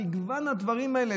במגוון הדברים האלה.